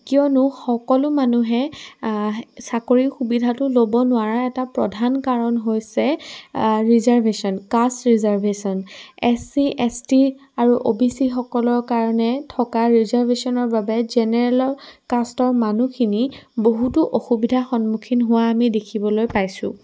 কিয়নো সকলো মানুহে চাকৰিৰ সুবিধাটো ল'ব নোৱাৰা এটা প্ৰধান কাৰণ হৈছে reservation caste reservation S C S T আৰু অ' বি চিসকলৰ কাৰণে থকা ৰিজাৰ্ভেশ্যনৰ বাবে জেনেৰেলৰ কাষ্টৰ মানুহখিনি বহুতো অসুবিধা সন্মুখীন হোৱা আমি দেখিবলৈ পাইছোঁ